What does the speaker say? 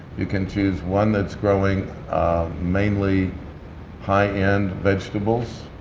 you can choose one that's growing mainly high-end vegetables,